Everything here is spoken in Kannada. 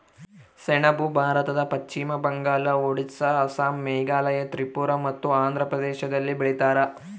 ಸೆಣಬು ಭಾರತದ ಪಶ್ಚಿಮ ಬಂಗಾಳ ಒಡಿಸ್ಸಾ ಅಸ್ಸಾಂ ಮೇಘಾಲಯ ತ್ರಿಪುರ ಮತ್ತು ಆಂಧ್ರ ಪ್ರದೇಶದಲ್ಲಿ ಬೆಳೀತಾರ